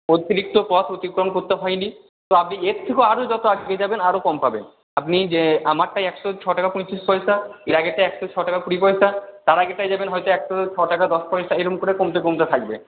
অতিরিক্ত পথ অতিক্রম করতে হয়নি তো আপনি এর থেকেও আরও যত এগিয়ে যাবেন আরও কম পাবেন আপনি যে আমারটায় একশো ছটাকা পঁয়ত্রিশ পয়সা এর আগেরটায় একশো ছটাকা কুড়ি পয়সা তার আগেরটায় যাবেন হয়তো একশো ছটাকা দশ পয়সা এরকম করে কমতে কমতে থাকবে